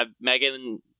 Megan